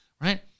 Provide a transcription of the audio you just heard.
right